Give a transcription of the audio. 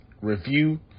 review